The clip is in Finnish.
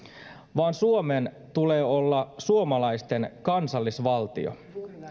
vaan suomen tulee olla suomalaisten kansallisvaltio